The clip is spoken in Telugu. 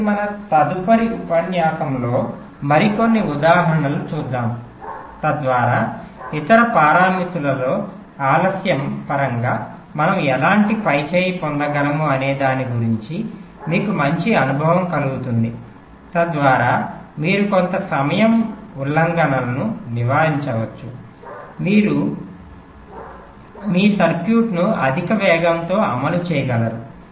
కాబట్టి మనము తదుపరి ఉపన్యాసంలో మరికొన్ని ఉదాహరణలను చూద్దాము తద్వారా ఇతర పారామితులలో ఆలస్యం పరంగా మనము ఎలాంటి పై చేయి పొందగలము అనే దాని గురించి మీకు మంచి అనుభవం కలుగుతుంది తద్వారా మీరు కొంత సమయ ఉల్లంఘనలను నివారించవచ్చు మీరు మీ సర్క్యూట్ను అధిక వేగంతో అమలు చేయగలరు